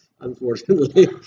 Unfortunately